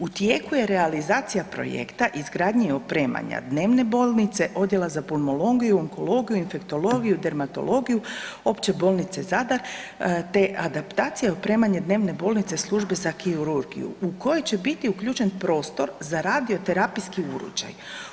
U tijeku je realizacija projekta izgradnje i opremanja dnevne bolnice, Odjela za pulmologiju, onkologiju, infektologiju, dermatologiju Opće bolnice Zadar te adaptacija i opremanje dnevne bolnice Službe za kirurgiju u koje će biti uključen prostor za radioterapijski uređaj.